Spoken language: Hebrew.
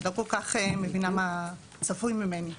אני לא כל כך מבינה מה צפוי ממני.